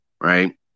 right